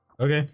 Okay